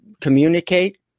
communicate